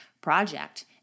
project